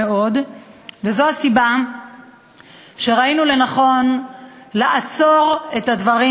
וזו הסיבה שראינו לנכון לעצור את הדברים